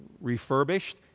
refurbished